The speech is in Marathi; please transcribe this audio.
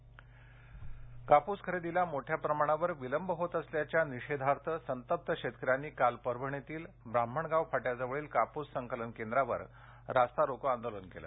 रस्ता रोको कापूस खरेदीस मोठ्या प्रमाणावर विलंब होत असल्याच्या निषेधार्थ संतप्त शेतकऱ्यांनी काल परभणीतील ब्राम्हणगांव फाट्याजवळील कापूस संकलन केंद्रावर रास्तारोको आंदोलन केलं